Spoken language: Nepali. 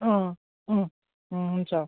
अँ अँ अँ हुन्छ